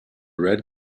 red